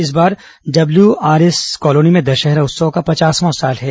इस बार WR S colony में दशहरा उत्सव का पचासवां साल है